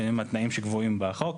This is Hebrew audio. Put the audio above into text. שהם התנאים שקבועים בחוק,